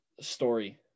story